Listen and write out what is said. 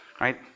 Right